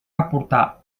aportar